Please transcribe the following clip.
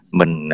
mình